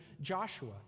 Joshua